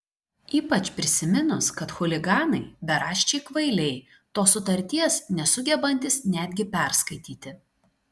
ypač prisiminus kad chuliganai beraščiai kvailiai tos sutarties nesugebantys netgi perskaityti